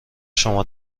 شما